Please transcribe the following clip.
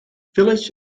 village